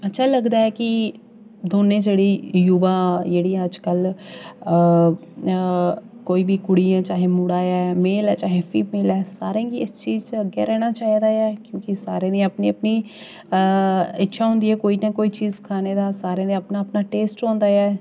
अच्छा लगदा ऐ कि दौने जेह्ड़ी युवा जेह्ड़ी ऐ अज्जकल कोई बी कुड़ी ऐ चाहे मुड़ा ऐ मेल ऐ चाहे फीमेल ऐ सारें गी इस चीज च अग्गें रौह्ना चाहिदा ऐ क्योंकि सारें दी अपनी अपनी इच्छा होंदी ऐ कोई ना कोई चीज़ खाने दा सारें दे अपना अपना टेस्ट होंदा ऐ